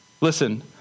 Listen